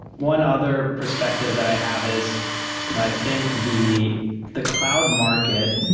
one other perspective that i have is you know i think the the cloud market